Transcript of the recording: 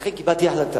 לכן קיבלתי החלטה